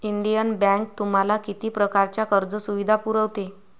Indian bank तुम्हाला किती प्रकारच्या कर्ज सुविधा पुरवते?